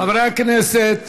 חברי הכנסת,